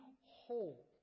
whole